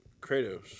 Kratos